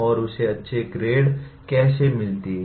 और उसे अच्छी ग्रेड कैसे मिलती है